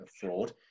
fraud